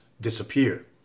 disappear